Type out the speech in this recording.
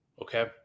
okay